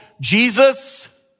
Jesus